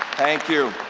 thank you.